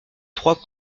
trois